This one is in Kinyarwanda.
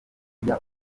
burya